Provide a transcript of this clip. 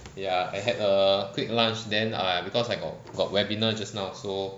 ya I had a quick lunch then err because I got got webinar just now so